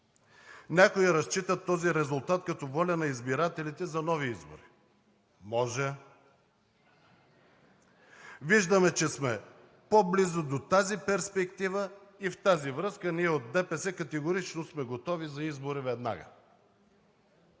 Някои разчитат този резултат като воля на избирателите за нови избори. Може! Виждаме, че сме по-близо до тази перспектива и в тази връзка ние от ДПС категорично сме готови за избори веднага.